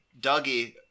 Dougie